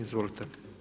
Izvolite.